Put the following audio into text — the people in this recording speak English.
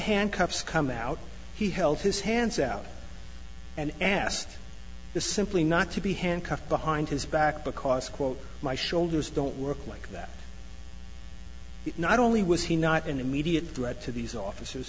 handcuffs come out he held his hands out and asked the simply not to be handcuffed behind his back because quote my shoulders don't work like that not only was he not an immediate threat to these officers